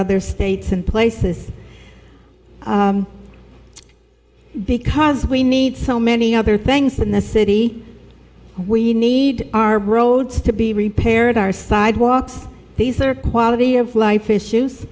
other states and places because we need so many other things in the city we need our roads to be repaired our sidewalks these are quality of life issues